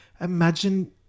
imagine